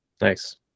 Nice